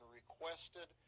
requested